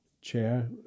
chair